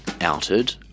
outed